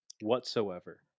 whatsoever